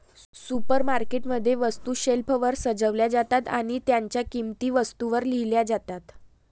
supermarket मध्ये, वस्तू शेल्फवर सजवल्या जातात आणि त्यांच्या किंमती वस्तूंवर लिहिल्या जातात